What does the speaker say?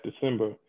December